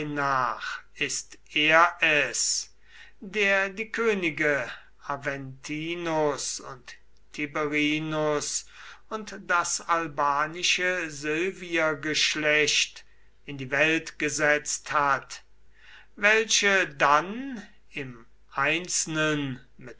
nach ist er es der die könige aventinus und tiberinus und das albanische silviergeschlecht in die welt gesetzt hat welche dann im einzelnen